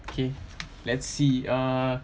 K let's see uh